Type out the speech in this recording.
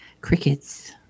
Crickets